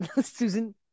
susan